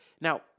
Now